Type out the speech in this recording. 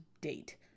date